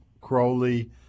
Crowley